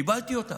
קיבלתי אותם.